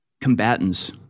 combatants